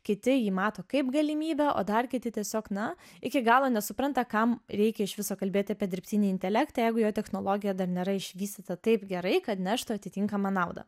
kiti jį mato kaip galimybę o dar kiti tiesiog na iki galo nesupranta kam reikia iš viso kalbėti apie dirbtinį intelektą jeigu jo technologija dar nėra išvystyta taip gerai kad neštų atitinkamą naudą